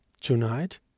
Tonight